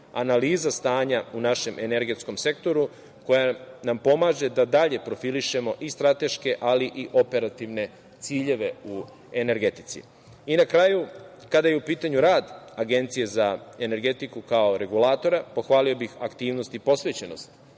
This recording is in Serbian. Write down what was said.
analiza stanja u našem energetskom sektoru koja nam pomaže da dalje profilišemo i strateške, ali i operativne ciljeve u energetici. Na kraju, kada je u pitanju rad Agencije za energetiku kao regulatora, pohvalio bih aktivnost i posvećenost